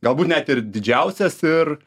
galbūt net ir didžiausias ir